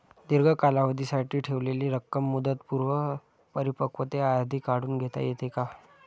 दीर्घ कालावधीसाठी ठेवलेली रक्कम मुदतपूर्व परिपक्वतेआधी काढून घेता येते का?